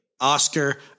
Oscar